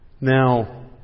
Now